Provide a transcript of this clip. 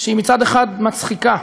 שמצד אחד היא מצחיקה,